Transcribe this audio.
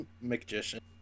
Magician